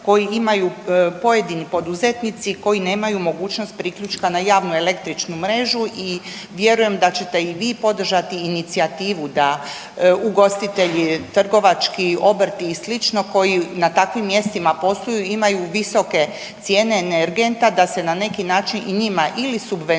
koji imaju pojedini poduzetnici koji nemaju mogućnost priključka na javnu električnu mrežu i vjerujem da ćete i vi podržati inicijativu da ugostitelji, trgovački obrti i slično koji na takvim mjestima posluju imaju visoke cijene energenata da se na neki način i njima ili subvencionira